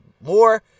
more